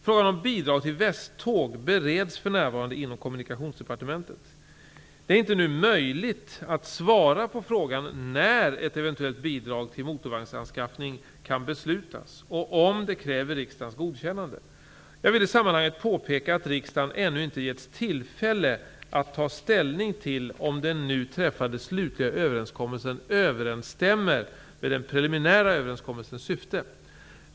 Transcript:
Frågan om bidrag till Västtåg bereds för närvarande inom Kommunikationsdepartementet. Det är inte nu möjligt att svara på frågan när ett eventuellt bidrag till motorvagnsanskaffning kan beslutas och om det kräver riksdagens godkännande. Jag vill i sammanhanget påpeka att riksdagen ännu inte givits tillfälle att ta ställning till om den nu träffade slutliga överenskommelsen överensstämmer med den preliminära överenskommelsens syften.